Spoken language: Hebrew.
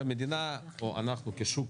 שהמדינה או אנחנו כשוק